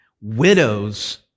Widows